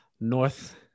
North